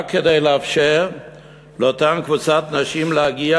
רק כדי לאפשר לאותה קבוצת נשים להגיע